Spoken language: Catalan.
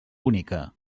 bonica